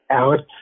out